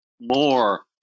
more